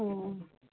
अँ अँ